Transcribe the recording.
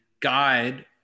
Guide